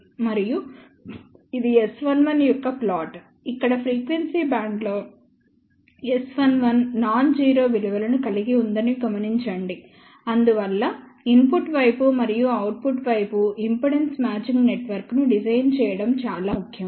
మరియు ఇది S11 యొక్క ప్లాట్ ఇక్కడ ఫ్రీక్వెన్సీ బ్యాండ్ లో S11 నాన్ జీరో విలువను కలిగి ఉందని గమనించండి అందువల్ల ఇన్పుట్ వైపు మరియు అవుట్పుట్ వైపు ఇంపిడెన్స్ మ్యాచింగ్ నెట్వర్క్ను డిజైన్ చేయడం చాలా ముఖ్యం